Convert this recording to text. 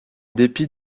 dépit